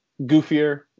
goofier